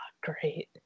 great